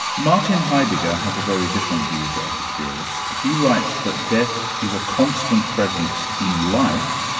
martin heidegger has a very different view to epicurus. he writes that death is a constant presence in life,